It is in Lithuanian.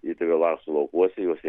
jie tebelaksto laukuose juose